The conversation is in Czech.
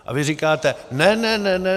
A vy říkáte: Ne, ne, ne, ne.